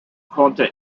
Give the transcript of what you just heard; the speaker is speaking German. konnte